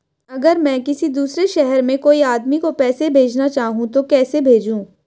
अगर मैं किसी दूसरे शहर में कोई आदमी को पैसे भेजना चाहूँ तो कैसे भेजूँ?